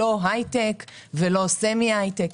הייטק או סמי-הייטק.